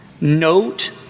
note